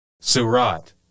Surat